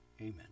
amen